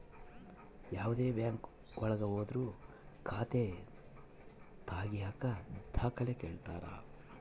ಯಾವ್ದೇ ಬ್ಯಾಂಕ್ ಒಳಗ ಹೋದ್ರು ಖಾತೆ ತಾಗಿಯಕ ದಾಖಲೆ ಕೇಳ್ತಾರಾ